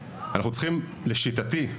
לשיטתי,